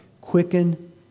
Quicken